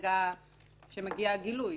מרגע שמגיע הגילוי.